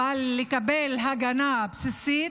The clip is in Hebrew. אבל לקבל הגנה בסיסית,